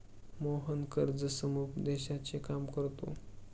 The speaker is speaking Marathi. मोहन कर्ज समुपदेशनाचे काम करतो